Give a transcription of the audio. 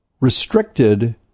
restricted